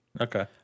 Okay